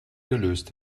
gelöst